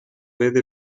vede